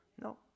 no